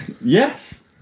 Yes